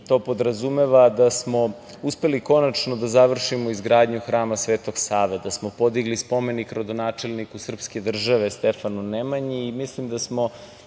to podrazumeva da smo uspeli konačno da završimo izgradnju hrama Sveti Sava, da smo podigli spomenik rodonačelniku srpske države Stefanu Nemanji. Mislim da smo